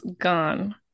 gone